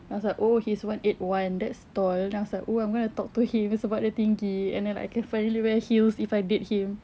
I was like oh he is one eight one that's tall then I was like oo I'm going to talk to him sebab dia tinggi and then like I can finally wear heels if I date him